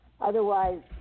Otherwise